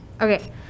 okay